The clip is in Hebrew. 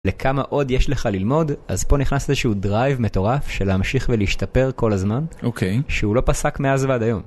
לכמה עוד יש לך ללמוד, אז פה נכנס איזשהוא דרייב מטורף של להמשיך ולהשתפר כל הזמן. אוקיי. שהוא לא פסק מאז ועד היום.